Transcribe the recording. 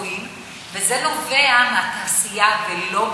מאוד מאוד, וזה נובע מהתעשייה ולא מהתחבורה.